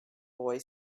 boy